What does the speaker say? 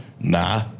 Nah